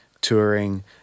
touring